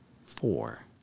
Four